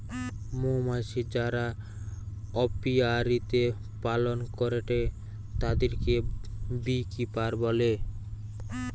মৌমাছি যারা অপিয়ারীতে পালন করেটে তাদিরকে বী কিপার বলে